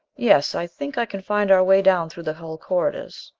yes, i think i can find our way down through the hull corridors.